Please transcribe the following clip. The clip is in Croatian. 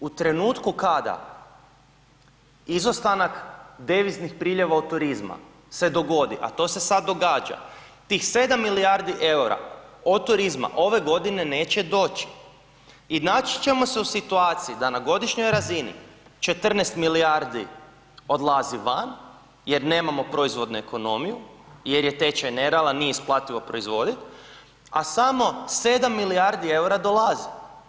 U trenutku kada izostanak deviznih priljeva od turizma se dogodi, a to se sada događa, tih 7 milijardi eura od turizma ove godine neće doći i naći ćemo se u situaciji da na godišnjoj razini 14 milijardi odlazi van jer nemamo proizvodnu ekonomiju jer je tečaj nerealan, nije isplativo proizvodit, a samo 7 milijardi eura dolazi.